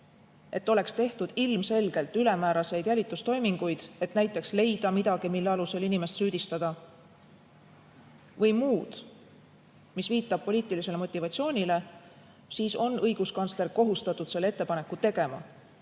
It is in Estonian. et oleks tehtud ilmselgelt ülemääraseid jälitustoiminguid, et näiteks leida midagi, mille alusel inimest süüdistada, või muud, mis viitab poliitilisele motivatsioonile, siis on õiguskantsler kohustatud selle ettepaneku tegema.